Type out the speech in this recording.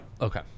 Okay